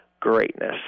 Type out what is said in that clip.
greatness